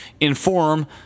inform